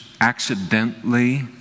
accidentally